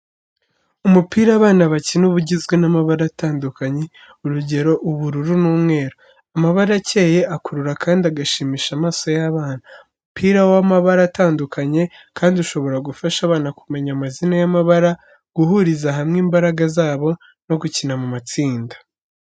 Umupira abana bakina uba ugizwe n'amabara atandukanye, urugero ubururu n'umweru. Amabara akeye akurura kandi agashimisha amaso y'abana. Umupira w’amabara atandukanye, kandi ushobora gufasha abana kumenya amazina y'amabara, guhuriza hamwe imbaraga zabo no gukina mu matsinda.